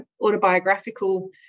autobiographical